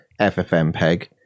FFmpeg